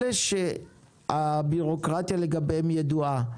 אלה שהבירוקרטיה לגביהם ידועה,